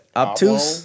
obtuse